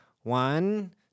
one